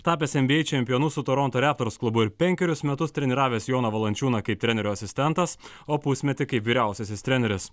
tapęs nba čempionu su toronto raptors klubu ir penkerius metus treniravęs joną valančiūną kaip trenerio asistentas o pusmetį kaip vyriausiasis treneris